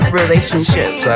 relationships